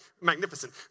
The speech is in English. magnificent